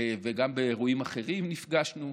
גם באירועים אחרים נפגשנו,